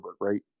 right